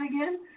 again